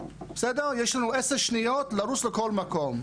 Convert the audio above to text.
יש לנו 10 שניות לרוץ לכל מקום,